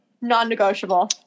Non-negotiable